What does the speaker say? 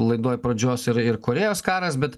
laidoj pradžios ir ir korėjos karas bet